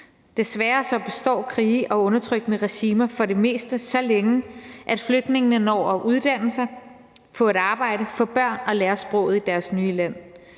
Desværre består krige og undertrykkende regimer for det meste så længe, at flygtningene når at uddanne sig, få et arbejde, få børn og lære sproget i deres nye land.